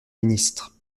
ministre